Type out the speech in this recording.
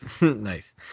Nice